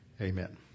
amen